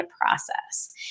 process